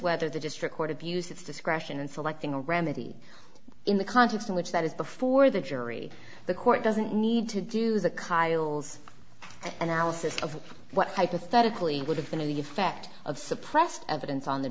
whether the district court abused its discretion in selecting a remedy in the context in which that is before the jury the court doesn't need to do the cause analysis of what hypothetically would have been a given effect of suppressed evidence on the